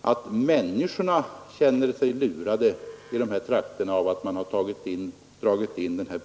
att människorna i dessa trakter känner sig lurade därför att denna buss dragits in.